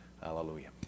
Hallelujah